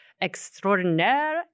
extraordinaire